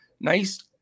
Nice